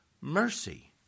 mercy